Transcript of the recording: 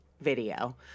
video